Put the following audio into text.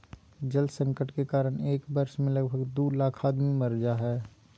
जल संकट के कारण एक वर्ष मे लगभग दू लाख आदमी मर जा हय